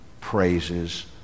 praises